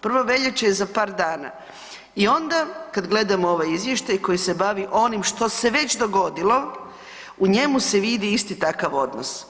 1. veljača je za par dana i onda kad gledamo ovaj izvještaj koji se bavi onim što se već dogodilo, u njemu se vidi isti takav odnos.